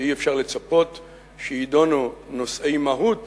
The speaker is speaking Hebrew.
ואי-אפשר לצפות שיידונו נושאי מהות